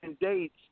dates